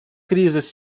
кризис